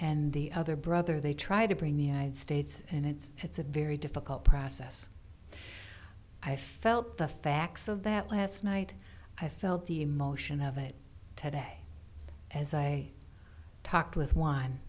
and the other brother they try to bring the united states and it's it's a very difficult process i felt the facts of that last night i felt the emotion of it today as i talked with